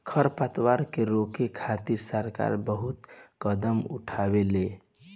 खर पतवार के रोके खातिर सरकार बहुत कदम उठावेले